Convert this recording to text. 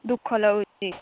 ଦୁଃଖ ଲାଗୁଛି